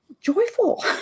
joyful